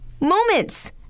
Moments